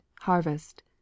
harvest